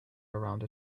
around